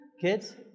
Kids